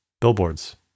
billboards